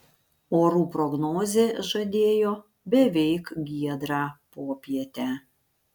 orų prognozė žadėjo beveik giedrą popietę